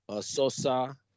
Sosa